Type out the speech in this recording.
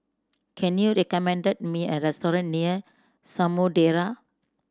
can you recommend me a restaurant near Samudera